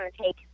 take